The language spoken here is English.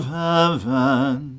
heaven